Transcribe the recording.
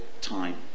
time